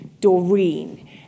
Doreen